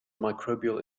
microbial